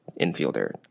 infielder